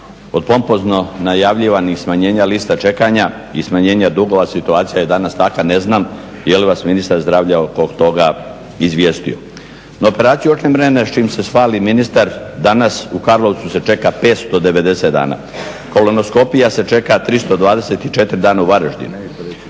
od pompozno najavljivanih lista čekanja i smanjena dugova situacija je danas takva, ne znam jeli vas ministar zdravlja o tome izvijestio. Na operaciju očne mrene s čim se hvali ministar danas u Karlovcu se čeka 590 dana. Kolonoskopija se čeka 324 dana u Varaždinu,